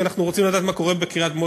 כי אנחנו רוצים לדעת מה קורה בקריית-מוצקין.